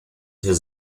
his